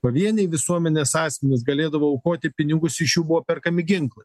pavieniai visuomenės asmenys galėdavo aukoti pinigus iš jų buvo perkami ginklai